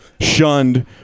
shunned